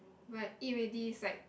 when I eat already it's like